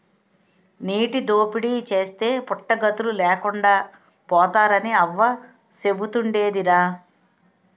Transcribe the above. నీటి దోపిడీ చేస్తే పుట్టగతులు లేకుండా పోతారని అవ్వ సెబుతుండేదిరా